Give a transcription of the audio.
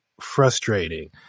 frustrating